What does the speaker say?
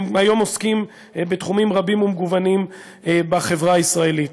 והם היום עוסקים בתחומים רבים ומגוונים בחברה הישראלית.